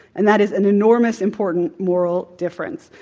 and that is an enormous important moral difference.